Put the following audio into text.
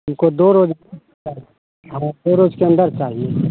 हमको दो रोज हाँ दो रोज के अन्दर चाहिए